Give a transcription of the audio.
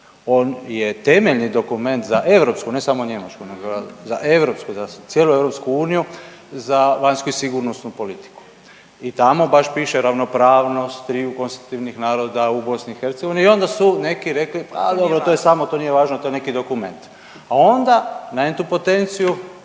on je temeljni dokument za europsku, ne samo njemačku nego za europsku za cijelu EU za vanjsku sigurnosnu politiku. I tamo baš piše ravnopravnost triju konstitutivnih naroda u BiH i onda su neki rekli, a dobro to je samo, to nije važno to je neki dokument, a onda na entu potenciju